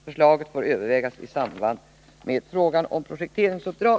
Förslaget får övervägas i samband med frågan om projekteringsuppdrag.